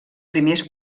primers